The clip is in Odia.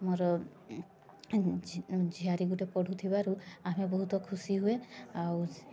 ମୋର ଝିଆରୀ ଗୋଟେ ପଢ଼ୁଥିବାରୁ ଆମେ ବହୁତ ଖୁସି ହୁଏ ଆଉ